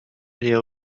les